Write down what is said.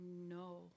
no